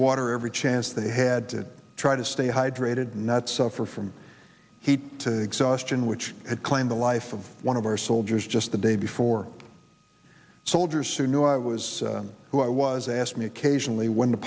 water every chance they had to try to stay hydrated not suffer from heat exhaustion which had claimed the life of one of our soldiers just a day before soldiers who knew i was who i was asked me occasionally when the